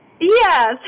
Yes